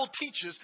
teaches